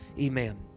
Amen